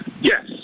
Yes